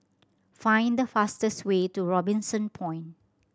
find the fastest way to Robinson Point